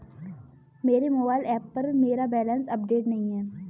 मेरे mobile app पर मेरा बैलेंस अपडेट नहीं है